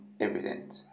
evident